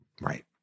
Right